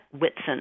Whitson